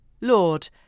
Lord